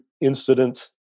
incident